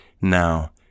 now